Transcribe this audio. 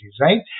right